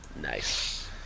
nice